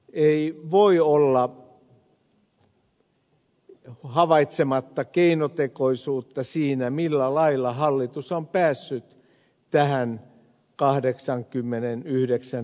ei voi olla havaitsematta keinotekoisuutta siinä millä lailla hallitus on päässyt tähän kahdeksankymmenenyhdeksän